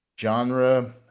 genre